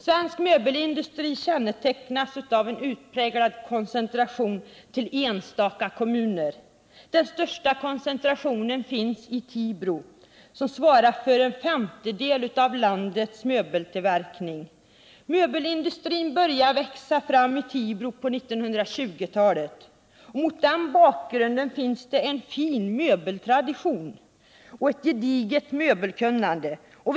Svensk möbelindustri kännetecknas av en utpräglad koncentration till enstaka kommuner. Den största koncentrationen finns i Tibro, som svarar för en femtedel av landets möbeltillverkning. Möbelindustrin började växa fram i Tibro på 1920-talet. Mot den bakgrunden finns det en fin möbeltradition och ett gediget möbelkunnande.